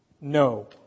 No